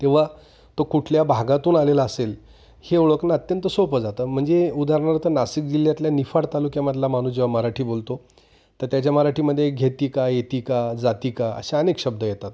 तेव्हा तो कुठल्या भागातून आलेला असेल हे ओळखणं अत्यंत सोपं जातं म्हणजे उदाहरणार्थ नाशिक जिल्ह्यातल्या निफाड तालुक्यामधला माणूस जेव्हा मराठी बोलतो तेव्हा त्याच्या मराठीमध्ये घेतिका येतीका जातीका अशा अनेक शब्द येतात